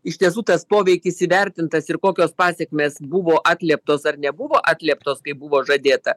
iš tiesų tas poveikis įvertintas ir kokios pasekmės buvo atlieptos ar nebuvo atlieptos kaip buvo žadėta